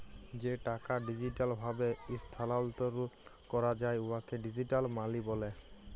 যে টাকা ডিজিটাল ভাবে ইস্থালাল্তর ক্যরা যায় উয়াকে ডিজিটাল মালি ব্যলে